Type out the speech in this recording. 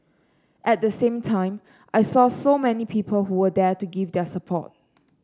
at the same time I saw so many people who were there to give their support